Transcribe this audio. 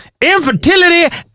Infertility